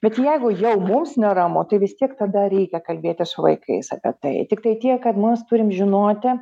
bet jeigu jau mums neramu tai vis tiek tada reikia kalbėtis su vaikais tai tiktai tiek kad mes turim žinoti